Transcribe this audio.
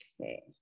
Okay